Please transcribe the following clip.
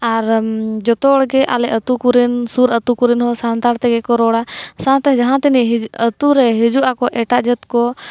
ᱟᱨ ᱡᱚᱛᱚ ᱦᱚᱲᱜᱮ ᱟᱞᱮ ᱟᱛᱳ ᱠᱚᱨᱮᱱ ᱥᱩᱨ ᱟᱹᱛᱩ ᱠᱚᱨᱮᱱ ᱦᱚᱸ ᱥᱟᱱᱛᱟᱲ ᱛᱮᱜᱮ ᱠᱚ ᱨᱚᱲᱟ ᱥᱟᱶᱛᱮ ᱡᱟᱦᱟᱸ ᱛᱤᱱᱟᱹᱜ ᱟᱹᱛᱩ ᱨᱮ ᱦᱤᱡᱩᱜ ᱟᱠᱚ ᱮᱴᱟᱜ ᱡᱟᱹᱛ ᱠᱚ